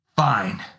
Fine